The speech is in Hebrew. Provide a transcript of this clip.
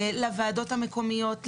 לוועדות המקומיות,